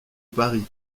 paris